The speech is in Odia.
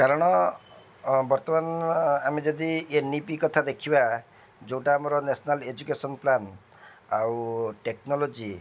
କାରଣ ବର୍ତ୍ତମାନ ଆମେ ଯଦି ଏନ୍ ଇ ପି କଥା ଦେଖିବା ଯୋଉଟା ଆମର ନ୍ୟାସ୍ନାଲ୍ ଏଜୁକେଶନ୍ ପ୍ଲାନ୍ ଆଉ ଟେକ୍ନୋଲୋଜି